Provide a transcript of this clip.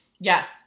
Yes